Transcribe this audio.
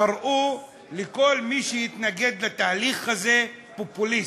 קראו לכל מי שהתנגד לתהליך הזה "פופוליסט".